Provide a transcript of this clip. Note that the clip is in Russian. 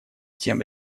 тем